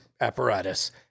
apparatus